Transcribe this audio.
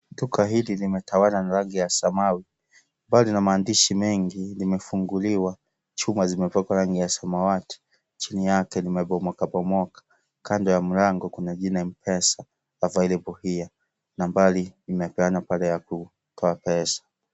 Duka hili limetawala na rangi ya samau. Pale lina maandishi mengi, limefunguliwa. Chuma zimepakwa rangi ya samawati. Chini yake limebomokabomoka .Kando ya mlango kuna jina cs(mpesa available here). Nambari imepeanwa pale ya kutoa pesa.